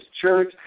church